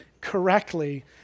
correctly